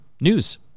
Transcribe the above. news